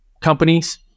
companies